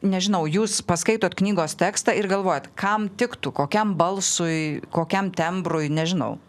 nežinau jūs paskaitot knygos tekstą ir galvojat kam tiktų kokiam balsui kokiam tembrui nežinau